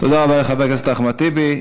תודה רבה לחבר הכנסת אחמד טיבי.